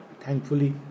thankfully